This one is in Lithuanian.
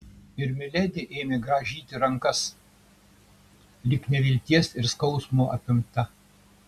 ir miledi ėmė grąžyti rankas lyg nevilties ir skausmo apimta